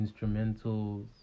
instrumentals